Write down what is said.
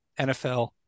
NFL